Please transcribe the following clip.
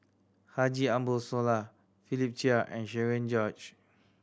Haji Ambo Sooloh Philip Chia and Cherian George